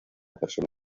persona